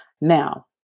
Now